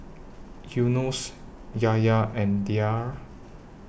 Yunos Yahya and Dhia